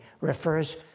refers